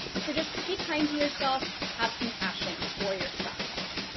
so just be kind to yourself have compassion for yourself.